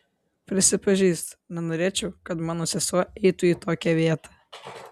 prisipažįstu nenorėčiau kad mano sesuo eitų į tokią vietą